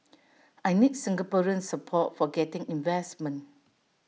I need Singaporean support for getting investment